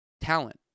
talent